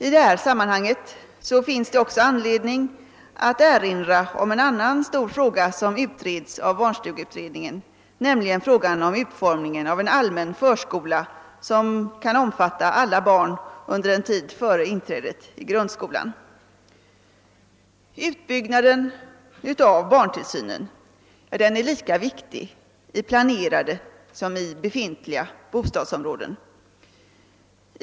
I detta sammanhang finns det också anledning erinra om en annan stor fråga som barnstugeutredningen arbetar med, nämligen utformningen av en allmän förskola som kan omfatta alla barn under en tid före inträdet i grundskolan. Utbyggnaden av barntillsynen är lika viktig i planerade som i befintliga bostadsområden.